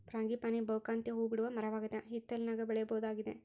frangipani ಬಹುಕಾಂತೀಯ ಹೂಬಿಡುವ ಮರವಾಗದ ಹಿತ್ತಲಿನಾಗ ಬೆಳೆಯಬಹುದಾಗಿದೆ